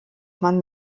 man